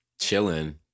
Chilling